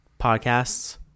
podcasts